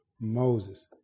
Moses